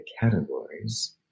categories